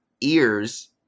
ears